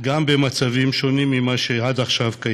גם במצבים שונים ממה שקיים עד עכשיו.